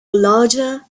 larger